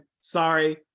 sorry